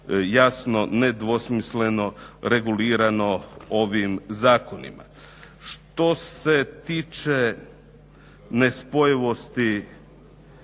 jasno, nedvosmisleno regulirano ovim zakonima. Što se tiče nespojivosti